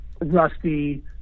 Rusty